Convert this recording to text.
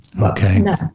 Okay